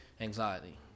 anxiety